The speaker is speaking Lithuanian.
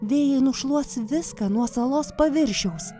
vėjai nušluos viską nuo salos paviršiaus